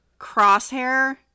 crosshair